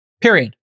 period